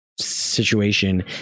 situation